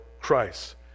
Christ